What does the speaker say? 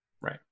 Right